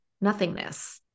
nothingness